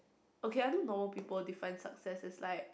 okay I know normal people define success is like